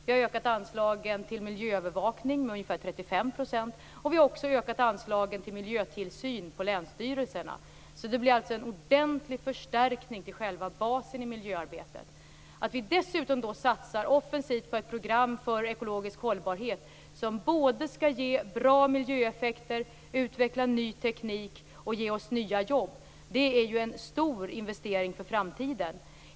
Vi har också kunna öka anslagen till miljöövervakning med ungefär 35 % och vi har ökat anslagen till miljötillsyn på länsstyrelserna. Det blir alltså en ordentlig förstärkning till själva basen i miljöarbetet. Att vi dessutom satsar offensivt på ett program för ekologisk hållbarhet som både skall ge bra miljöeffekter, utveckla ny teknik och ge oss nya jobb är en stor investering för framtiden.